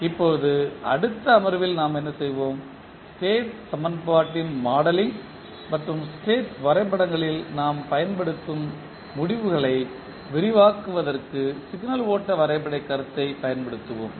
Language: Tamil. இப்போது அடுத்த அமர்வில் நாம் என்ன செய்வோம் ஸ்டேட் சமன்பாட்டின் மாடலிங் மற்றும் ஸ்டேட் வரைபடங்களில் நாம் பயன்படுத்தும் முடிவுகளை விரிவாக்குவதற்கு சிக்னல் ஓட்ட வரைபடக் கருத்தைப் பயன்படுத்துவோம்